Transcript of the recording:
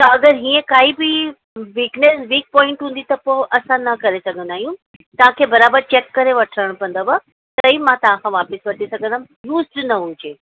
त अगरि इयं काई बि वीकनेस वीक पॉइंट हूंदी त पोइ असां न करे सघंदा आहियूं तव्हांखे बराबरि चैक करे वठणु पवंदव त ई मां तव्हां खां वापसि वठी सघंदमि यूज़ड न हुजे